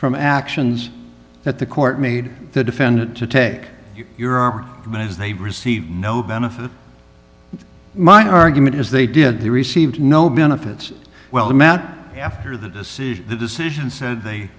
from actions that the court made the defendant to take your arm but as they receive no benefit my argument is they did they received no benefits well the man after the decision the decision said they